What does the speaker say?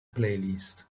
playlist